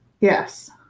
yes